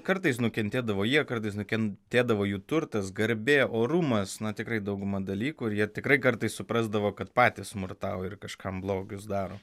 kartais nukentėdavo jie kartais nukentėdavo jų turtas garbė orumas na tikrai dauguma dalykų ir jie tikrai kartais suprasdavo kad patys smurtauja ir kažkam blogius daro